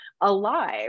alive